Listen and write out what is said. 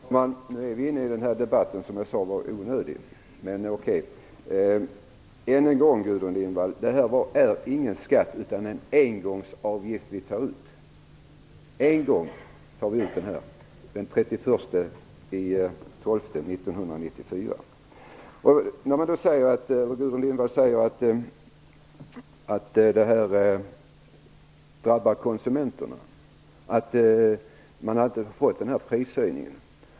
Herr talman! Vi är nu inne i den debatt som jag tidigare sade är onödig, men okej. Än en gång, Gudrun Lindvall: Detta är ingen skatt utan en engångsavgift. Vi tog ut den en gång, den 31 december 1994. Gudrun Lindvall säger att detta drabbar konsumenterna och att man inte skulle ha fått någon prishöjning.